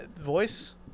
voice